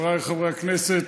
חבריי חברי הכנסת,